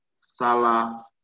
Salah